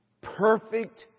perfect